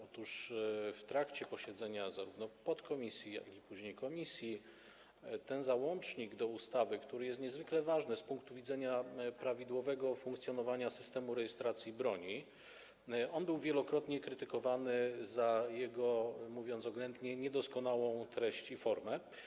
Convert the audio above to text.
Otóż w trakcie posiedzenia zarówno podkomisji, jak i później komisji ten załącznik do ustawy, który jest niezwykle ważny z punktu widzenia prawidłowego funkcjonowania systemu rejestracji broni, był wielokrotnie krytykowany za jego, mówiąc oględnie, niedoskonałą treść i formę.